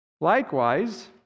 Likewise